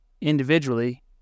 individually